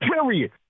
Period